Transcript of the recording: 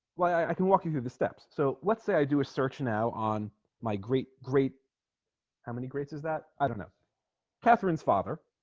well i can walk you through the steps so let's say i do a search now on my great-great how many greats is that i don't know katherine's father